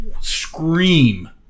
scream